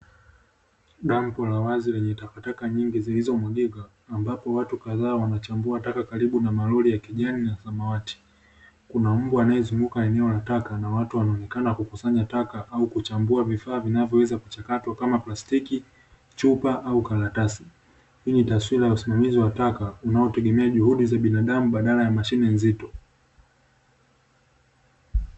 Bonde kubwa la wazi lenye taka taka nyingi zilizomwagika ambapo watu kadhaa wanachambua taka karibu na malori ya kijani na samawati. Kuna mbwa anayezunguka eneo la taka na watu wanaonekana kukusanya taka au kuchambua vifaa vinavyoweza kuchakatwa kama plastiki, chupa, au karatasi. Hii ni taswira ya usimamizi wa taka unaotegemea juhudi za binadamu badala ya mashine nzito.